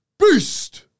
Beast